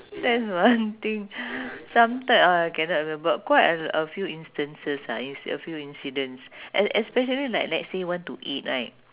that's one thing some ti~ uh cannot remember quite a a few instances ah it's a few incidents es~ especially like let's say want to eat right